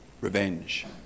revenge